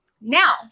Now